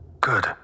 Good